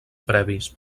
previs